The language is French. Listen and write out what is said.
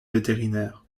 vétérinaire